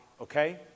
okay